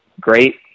great